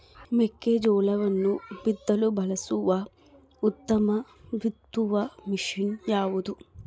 ಮೆಕ್ಕೆಜೋಳವನ್ನು ಬಿತ್ತಲು ಬಳಸುವ ಉತ್ತಮ ಬಿತ್ತುವ ಮಷೇನ್ ಯಾವುದು?